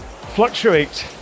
fluctuate